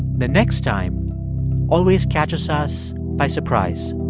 the next time always catches us by surprise